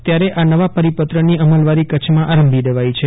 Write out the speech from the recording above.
ત્યારે આ નવા પરિપત્રની અમલવારી કચ્છમાં આરંભી દેવાઈ છે